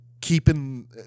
keeping